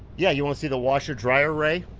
yeah, you wanna see the washer dryer, ray?